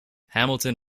hamilton